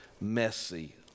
messy